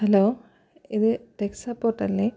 hello ഇത് tech support അല്ലെ